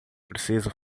preciso